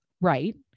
Right